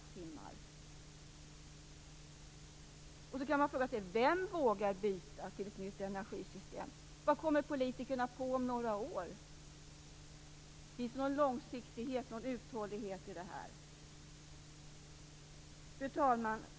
Sedan kan man fråga sig: Vem vågar byta till ett nytt energisystem? Vad kommer politikerna på om några år? Finns det någon långsiktighet och uthållighet i det här? Fru talman!